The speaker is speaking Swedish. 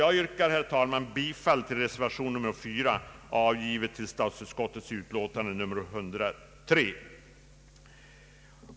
Jag kommer att yrka bifall till reservation 4 vid statsutskottets utlåtande nr 103.